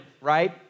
right